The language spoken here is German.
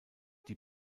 die